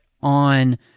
on